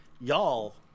y'all